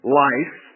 life